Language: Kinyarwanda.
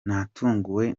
natunguwe